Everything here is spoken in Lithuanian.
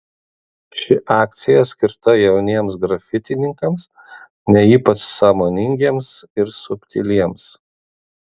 ši akcija skirta jauniems grafitininkams ne ypač sąmoningiems ir subtiliems